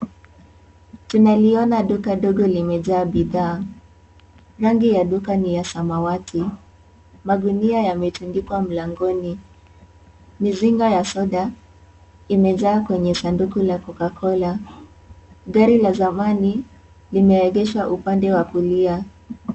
Tunakiona Duka ndogo limejaa bidhaa, rangi ya duka ninya samawati ,magunia yametundikwa mlangoni, misinga ya soda imejaa Kwenye sanduku ya cocacola. Gari la samani limeegeshwa upande wa kulia.